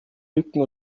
lücken